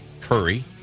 Curry